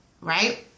right